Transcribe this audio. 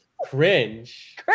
Cringe